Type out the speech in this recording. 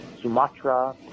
sumatra